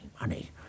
money